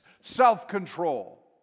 self-control